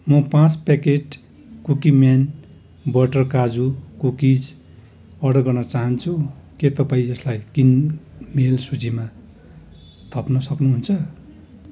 म पाँच packet Cookieman butter काजु कुकिज अर्डर गर्न चाहन्छु के तपाईँ यसलाई किनमेल सूचीमा थप्न सक्नुहुन्छ